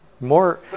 More